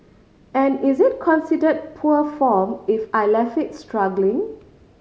and is it consider poor form if I left it struggling